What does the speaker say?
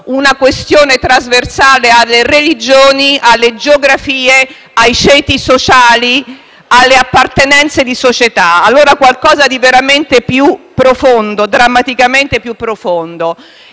una questione trasversale alle religioni, alle geografie ai ceti sociali, alle appartenenze di società, quindi qualcosa di veramente e drammaticamente più profondo.